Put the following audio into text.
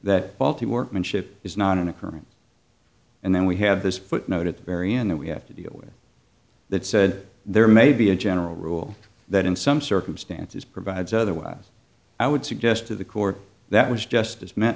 that faulty workmanship is not in the current and then we have this footnote at the very end that we have to deal with that said there may be a general rule that in some circumstances provides otherwise i would suggest to the court that was justice met